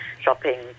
shopping